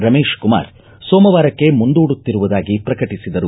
ರಮೇಶ್ಕುಮಾರ ಸೋಮವಾರಕ್ಕೆ ಮುಂದೂಡುತ್ತಿರುವುದಾಗಿ ಪ್ರಕಟಿಸಿದರು